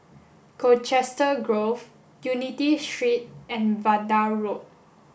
Colchester Grove Unity Street and Vanda Road